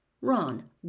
Ron